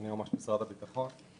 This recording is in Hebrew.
אני יועמ"ש משרד הביטחון.